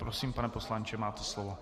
Prosím, pane poslanče, máte slovo.